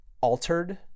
altered